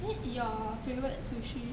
then your favourite sushi